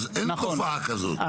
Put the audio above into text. אין תופעה כזאת.